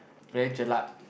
very jelak